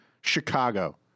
Chicago